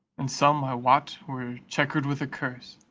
and some, i wot, were chequered with a curse.